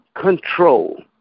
control